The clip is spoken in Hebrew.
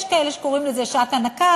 יש כאלה שקוראים לזה שעת הנקה,